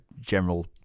general